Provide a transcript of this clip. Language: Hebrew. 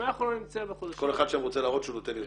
אם אנחנו לא נמצא בחודשים -- כל אחד שם רוצה להראות שהוא נותן יותר.